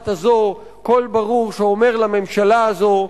הזה קול ברור שאומר לממשלה הזו: